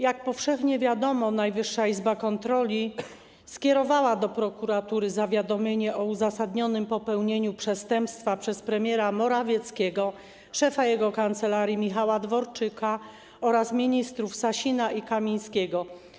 Jak powszechnie wiadomo, Najwyższa Izba Kontroli skierowała do prokuratury zawiadomienie o uzasadnionym popełnieniu przestępstwa przez premiera Morawieckiego, szefa jego kancelarii Michała Dworczyka oraz ministrów: Sasina i Kamińskiego.